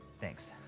thanks.